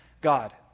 God